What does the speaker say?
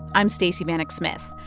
i'm stacey vanek smith.